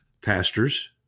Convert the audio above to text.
pastors